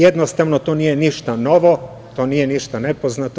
Jednostavno, to nije ništa novo, to nije ništa nepoznato.